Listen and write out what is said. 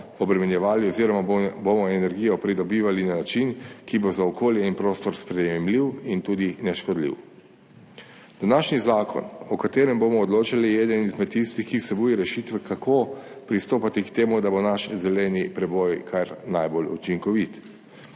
obremenjevali oziroma bomo energijo pridobivali na način, ki bo za okolje in prostor sprejemljiv in tudi neškodljiv. Današnji zakon o katerem bomo odločali, je eden izmed tistih, ki vsebuje rešitve kako pristopati k temu, da bo naš zeleni preboj kar najbolj učinkovit.